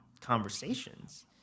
conversations